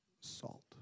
salt